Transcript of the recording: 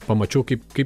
pamačiau kaip kaip